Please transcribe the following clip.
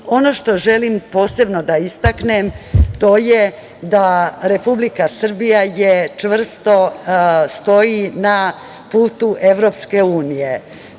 što želim posebno da istaknem, to je da Republika Srbija čvrsto stoji na putu Evropske unije,